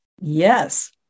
Yes